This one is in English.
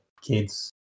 kids